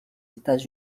états